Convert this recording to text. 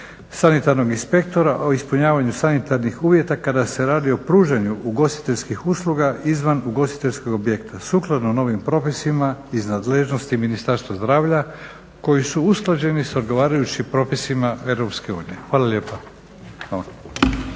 sanitarnog inspektora o ispunjavanju sanitarnih uvjeta kada se radi o pružanju ugostiteljskih usluga izvan ugostiteljskog objekta. Sukladno novim propisima iz nadležnosti Ministarstva zdravlja koji su usklađeni sa odgovarajućim propisima EU. Hvala lijepa.